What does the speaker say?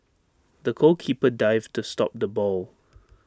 the goalkeeper dived to stop the ball